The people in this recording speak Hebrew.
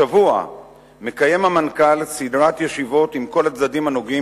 השבוע מקיים המנכ"ל סדרת ישיבות עם כל הצדדים הנוגעים